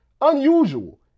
unusual